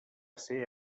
ser